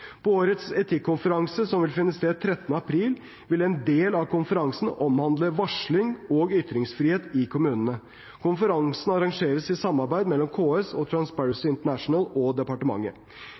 På årets etikkonferanse, som vil finne sted 13. april, vil en del av konferansen omhandle varsling og ytringsfrihet i kommunene. Konferansen arrangeres i samarbeid mellom KS, Transparency International og departementet.